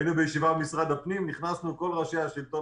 היינו בישיבה במשרד הפנים נכנסנו כל ראשי השלטון